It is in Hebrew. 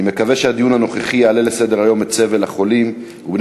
אני מקווה שהדיון הנוכחי יעלה לסדר-היום את סבל החולים ובני